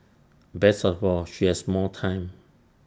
best of all she has more time